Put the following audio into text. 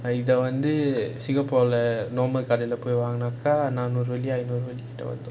இத வந்து:itha vanthu singapore leh normal கடைல போய் வாங்குங்க நானூறுப ஐநூறுப ஆயே இருக்கும்:kadaila poi vaangunaakaa naanoorooba ainoorooba aayae irukkum